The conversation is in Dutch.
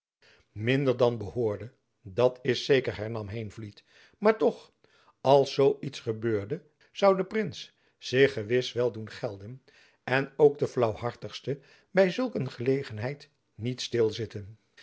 minder dan behoorde dat is zeker hernam heenvliet maar toch als zoo iets gebeurde zoude de prins zich gewis wel doen gelden en ook de jacob van lennep elizabeth musch flaauwhartigsten by zulk een gelegenheid niet